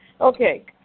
Okay